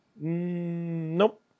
Nope